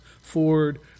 Ford